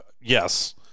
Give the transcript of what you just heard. yes